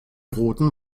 roten